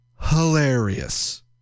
hilarious